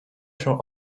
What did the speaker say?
się